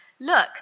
Look